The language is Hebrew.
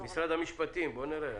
משרד המשפטים, בואו נראה.